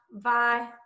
Bye